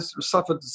suffered